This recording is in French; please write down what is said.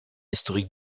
historiques